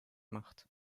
macht